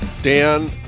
Dan